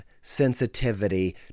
sensitivity